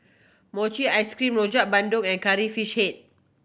mochi ice cream Rojak Bandung and Curry Fish Head